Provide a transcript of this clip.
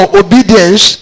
obedience